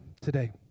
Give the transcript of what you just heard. today